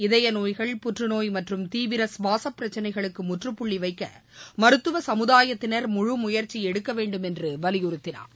இதயநோய்கள் புற்றுநோய் மற்றும் தீவிர கவாச பிரச்சனைகளுக்கு முற்றுப்புள்ளி வைக்க மருத்துவ சமுதாயத்தினர் முழு முயற்சி எடுக்கவேண்டும் என்று வலியுறுத்தினார்